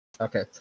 Okay